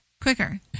Quicker